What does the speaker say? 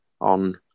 on